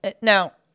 now